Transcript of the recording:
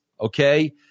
okay